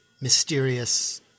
mysterious